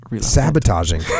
sabotaging